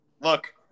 look